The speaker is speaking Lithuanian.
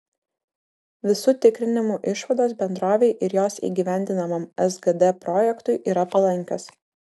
visų tikrinimų išvados bendrovei ir jos įgyvendinamam sgd projektui yra palankios